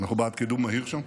אנחנו בעד קידום מהיר שם.